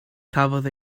cafodd